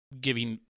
giving